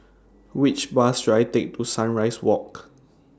Which Bus should I Take to Sunrise Walk